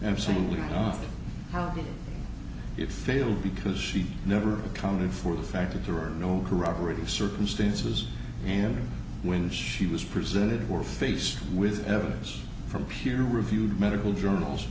absolutely awful how it failed because she never accounted for the fact that there were no corroborative circumstances and when she was presented we're faced with evidence from peer reviewed medical journals